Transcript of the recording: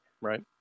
Right